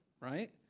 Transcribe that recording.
right